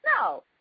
No